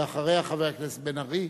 אחריה, חבר הכנסת בן-ארי,